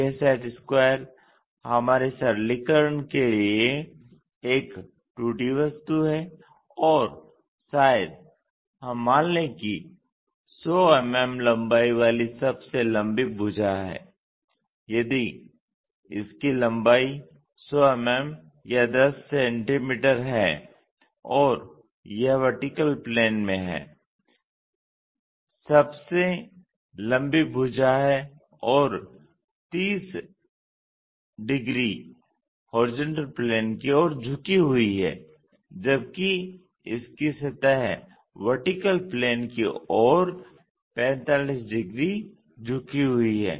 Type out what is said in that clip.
यह set square हमारे सरलीकरण के लिए एक 2D वस्तु है और शायद हम मान लें कि 100 mm लंबाई वाली सबसे लंबी भुजा है यदि इसकी लंबाई 100 mm या 10 cm है और यह VP में है सबसे लंबी भुजा है और 30 डिग्री HP की ओर झुकी हुई है जबकि इसकी सतह VP की ओर 45 डिग्री झुकी हुई है